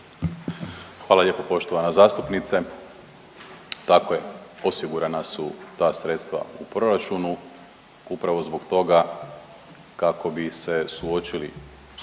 Hvala lijepo poštovana zastupnice. Dakle, osigurana su ta sredstva u proračunu upravo zbog toga kako bi se suočili